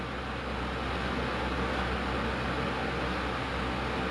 you don't even eat vegetable like you don't eat your vegetables at all